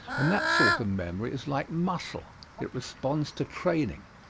and that sort of memory is like muscle it responds to training.